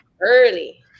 early